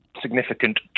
significant